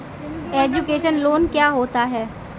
Education loan क्या होता है?